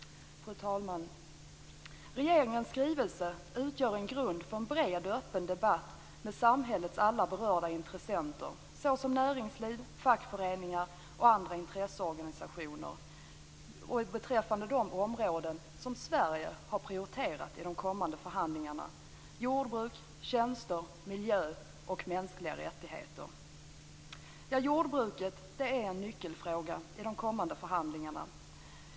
Fru talman! Regeringens skrivelse utgör en grund för en bred och öppen debatt med samhällets alla berörda intressenter, såsom näringsliv, fackföreningar och andra intresseorganisationer beträffande de områden som Sverige har prioriterat i de kommande förhandlingarna, som jordbruk, tjänster, miljö och mänskliga rättigheter. Jordbruket är en nyckelfråga i de kommande förhandlingarna.